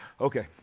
okay